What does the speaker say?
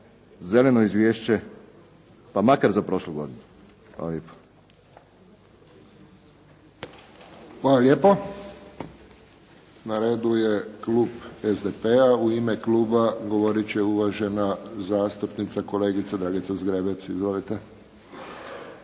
zeleno izvješće pa makar za prošlu godinu. Hvala lijepo. **Friščić, Josip (HSS)** Hvala lijepo. Na redu je klub SDP-a. U ime kluba govoriti će uvažena zastupnica, kolegica Dragica Zgrebec. **Zgrebec,